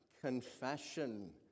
confession